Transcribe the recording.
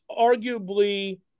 arguably –